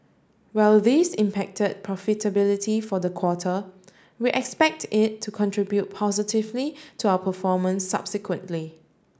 while this impacted profitability for the quarter we expect it to contribute positively to our performance subsequently